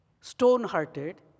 stone-hearted